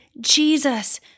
Jesus